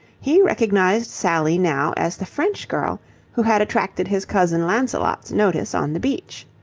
he recognized sally now as the french girl who had attracted his cousin lancelot's notice on the beach.